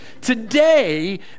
today